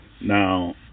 Now